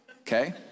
Okay